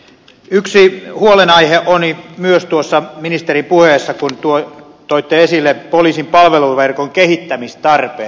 yksi huolenaihe oli myös tuossa ministerin puheessa kun toitte esille poliisin palveluverkon kehittämistarpeet